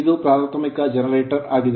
ಇದು ಪ್ರಾಥಮಿಕ generator generator ಆಗಿದೆ